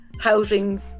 housing